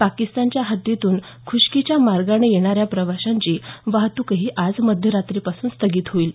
पाकिस्तानच्या हद्दीतून खुष्कीच्या मार्गाने येणाऱ्या प्रवाशांची वाहतुकही आज मध्यरात्रीपासून स्थगित होईल